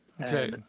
Okay